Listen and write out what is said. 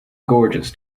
gorgeous